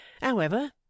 However